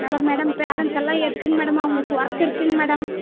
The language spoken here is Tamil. மேடம் மேடம் பேரண்ட்ஸ் எல்லாம் எதுக்குங்க மேடம் அவங்களுக்கு ஒர்க் இருக்குங்க மேடம்